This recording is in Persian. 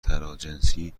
تراجنسی